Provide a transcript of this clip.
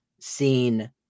seen